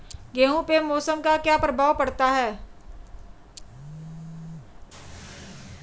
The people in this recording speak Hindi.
गेहूँ पे मौसम का क्या प्रभाव पड़ता है?